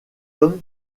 tome